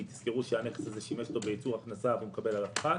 כי תזכרו שהנכס הזה שימש אותו בייצור הכנסה והוא מקבל עליו פחת.